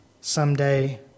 someday